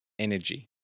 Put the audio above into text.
Energy